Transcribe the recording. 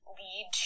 lead